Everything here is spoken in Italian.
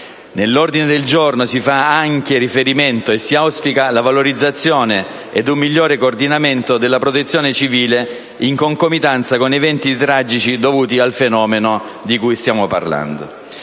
Nell'ordine del giorno si fa anche riferimento e si auspica la valorizzazione ed un migliore coordinamento della protezione civile in concomitanza con eventi tragici dovuti al fenomeno di cui stiamo parlando.